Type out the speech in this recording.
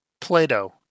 plato